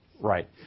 Right